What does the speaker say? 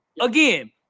Again